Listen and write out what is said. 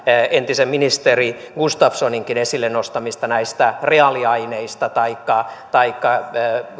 entisen ministeri gustafssoninkin esille nostamista reaaliaineista taikka taikka